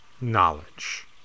knowledge